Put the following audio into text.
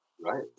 Right